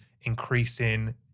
increasing